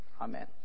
Amen